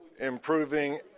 Improving